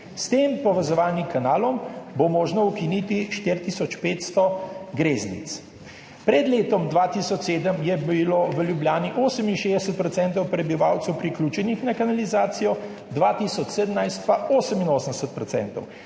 S tem povezovalnim kanalom bo možno ukiniti 4 tisoč 500 greznic. Pred letom 2007 je bilo v Ljubljani 68 % prebivalcev priključenih na kanalizacijo, 2017 pa 88 %.